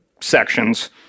sections